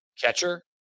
catcher